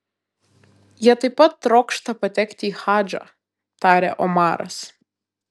jie taip pat trokšta patekti į hadžą tarė omaras